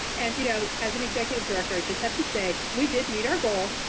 and you know as an executive director, i just have to say, we did meet our goal,